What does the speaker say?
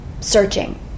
searching